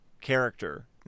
character